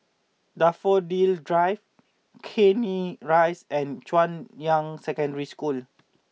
Daffodil Drive Canning Rise and Junyuan Secondary School